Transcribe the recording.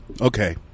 Okay